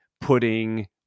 putting